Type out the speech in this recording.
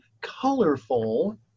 colorful